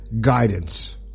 guidance